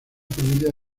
familia